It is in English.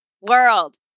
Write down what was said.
world